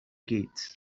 gates